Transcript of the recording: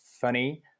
funny